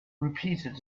repeated